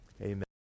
Amen